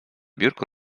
biurku